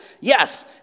yes